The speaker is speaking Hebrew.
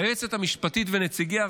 היועצת המשפטית ונציגיה,